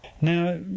Now